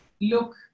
look